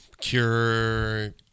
Cure